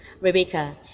Rebecca